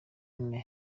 aimé